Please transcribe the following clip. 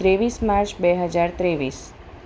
ત્રેવીસ માર્ચ બે હજાર ત્રેવીસ